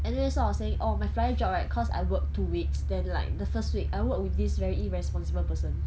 anyway so I was saying oh my flyer job right cause I work two weeks then like the first week I work with this very irresponsible person who I love it